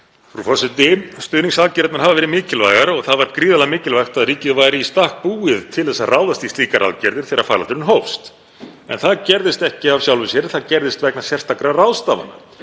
Frú forseti. Stuðningsaðgerðirnar hafa verið mikilvægar og það var gríðarlega mikilvægt að ríkið væri í stakk búið til að ráðast í slíkar aðgerðir þegar faraldurinn hófst. En það gerðist ekki af sjálfu sér, það gerðist vegna sérstakra ráðstafana.